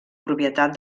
propietat